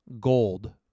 gold